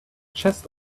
chest